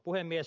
puhemies